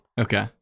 Okay